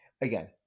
again